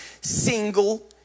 single